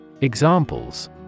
Examples